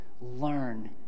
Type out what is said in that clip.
Learn